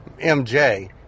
mj